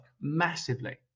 massively